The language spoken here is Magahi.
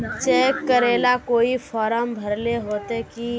चेक करेला कोई फारम भरेले होते की?